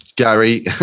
Gary